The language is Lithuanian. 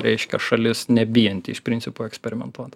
reiškia šalis nebijanti iš principo eksperimentuot